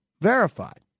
verified